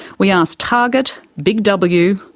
we asked target big w,